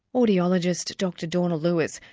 audiologist dr dawna lewis,